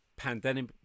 pandemic